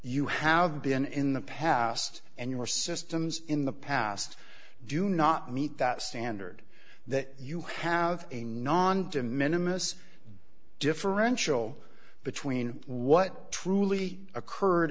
you have been in the past and your systems in the past do not meet that standard that you have a non de minimus differential between what truly occurred